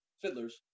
fiddlers